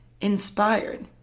inspired